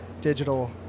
digital